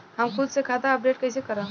हम खुद से खाता अपडेट कइसे करब?